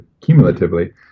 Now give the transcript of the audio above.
cumulatively